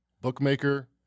bookmaker